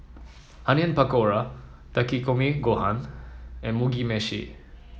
Onion Pakora Takikomi Gohan and Mugi Meshi